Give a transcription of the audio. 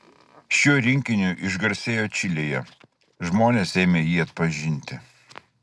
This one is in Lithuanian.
šiuo rinkiniu išgarsėjo čilėje žmonės ėmė jį atpažinti